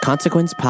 Consequence